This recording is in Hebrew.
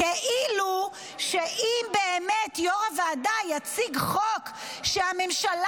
כאילו אם באמת יו"ר הוועדה יציג חוק שהממשלה